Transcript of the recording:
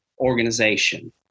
organization